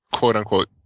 quote-unquote